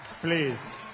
Please